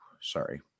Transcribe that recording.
Sorry